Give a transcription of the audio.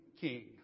king